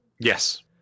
Yes